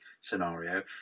scenario